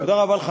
תודה רבה לך.